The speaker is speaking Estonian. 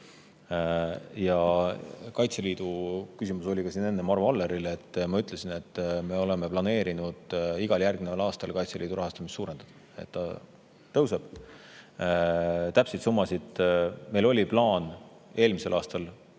Kaitseliidu küsimus oli siin enne ka Arvo Alleril. Ma ütlesin, et me oleme planeerinud igal järgneval aastal Kaitseliidu rahastamist suurendada. See tõuseb. Täpseid summasid [veel ei tea]. Meil oli plaan eelmisel aastal